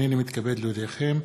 הנני מתכבד להודיעכם,